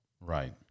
Right